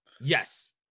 Yes